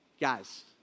Guys